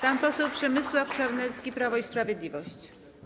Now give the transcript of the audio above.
Pan poseł Przemysław Czarnecki, Prawo i Sprawiedliwość.